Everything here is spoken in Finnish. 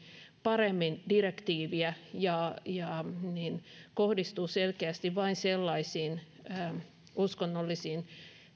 paremmin direktiiviä ja kohdistuu selkeästi vain sellaisiin